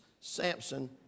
Samson